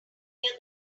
hear